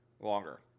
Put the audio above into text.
longer